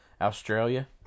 Australia